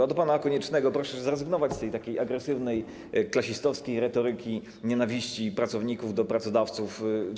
A do pana Koniecznego: proszę zrezygnować z takiej agresywnej, klasistowskiej retoryki nienawiści pracowników do pracodawców.